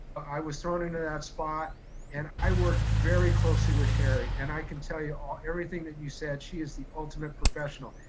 i was thrown into that spot and i worked very closely with sherri. and i can tell you all, everything that you said, she is the ultimate professional.